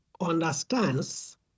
understands